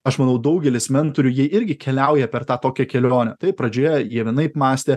aš manau daugelis mentorių jie irgi keliauja per tą tokią kelionę taip pradžioje jie vienaip mąstė